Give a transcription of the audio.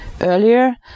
earlier